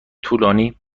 طولانی